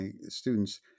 students